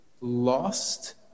lost